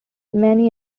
many